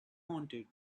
haunted